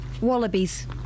Wallabies